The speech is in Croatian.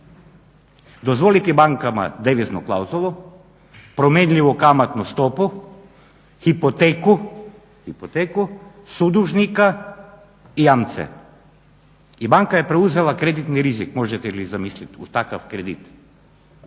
dozvoliti bankama deviznu klauzulu, promjenjivu kamatnu stopu, hipoteku, sudužnika i jamce i banka je preuzela kreditni rizik, možete li zamislit, uz takav kredit.